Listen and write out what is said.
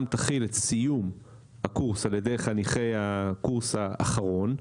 תכיל את סיום הקורס של חניכי הקורס האחרון,